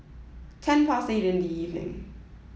ten past eight in the evening